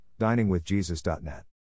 diningwithjesus.net